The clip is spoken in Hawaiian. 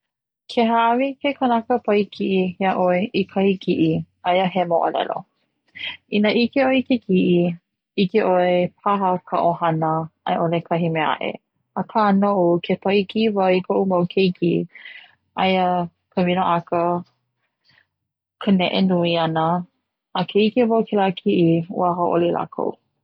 Ke haʻawi ke kanaka paʻikiʻi iaʻoe i kahi kiʻi aia he moʻolelo ina ʻike ʻoe ke kiʻi ʻike ʻoe paha ka ʻohana aiʻole kahi mea ʻe aʻe aka noʻu ke paʻikiʻi wau i kaʻu mau keiki aia ka minoʻaka, ka neʻe nui ʻana a ke ʻike wau kela kiʻi ua hauʻoli lākou.